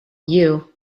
you